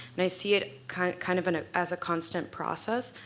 and i see it kind of kind of and ah as a constant process.